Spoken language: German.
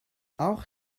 auch